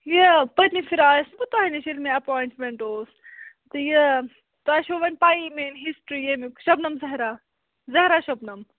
یہِ پٔتمہِ پِھرِ آیَس نہ بہٕ تۄہہِ نِش ییٚلہِ مےٚ ایٚپویِنٛٹمیٚنٛٹ اوس تہٕ یہِ تۄہہِ چھو وۄنۍ پَیی میٛٲنۍ ہِسٹری ییٚمیُک شبنَم زَہرا زَہرا شبنَم